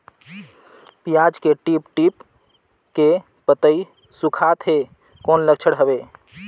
पियाज के टीप टीप के पतई सुखात हे कौन लक्षण हवे?